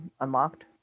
unlocked